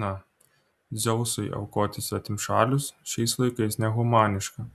na dzeusui aukoti svetimšalius šiais laikais nehumaniška